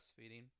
breastfeeding